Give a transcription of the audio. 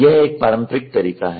यह एक पारंपरिक तरीका है